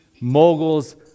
moguls